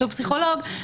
פסיכולוג,